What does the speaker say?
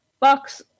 box